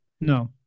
No